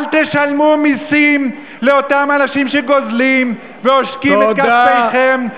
אל תשלמו מסים לאותם אנשים שגוזלים ועושקים את כספיכם,